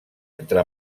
entre